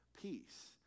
peace